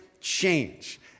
change